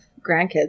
grandkids